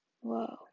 Whoa